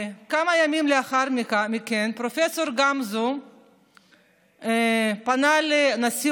כמה ימים לאחר מכן פרופ' גמזו פנה לנשיא